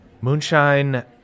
Moonshine